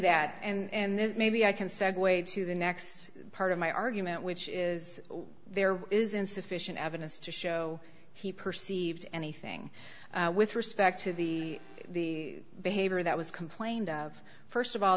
that and then maybe i can segue to the next part of my argument which is there is insufficient evidence to show he perceived anything with respect to the behavior that was complained of st of all